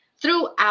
Throughout